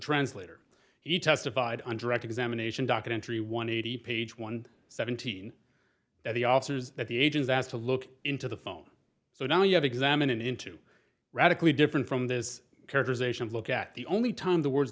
translator he testified on direct examination documentary one eighty page one seventeen that the officers at the agents asked to look into the phone so now you have examined into radically different from this characterization look at the only time the wor